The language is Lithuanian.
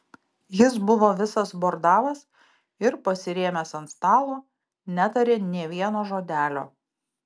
jis buvo visas bordavas ir pasirėmęs ant stalo netarė nė vieno žodelio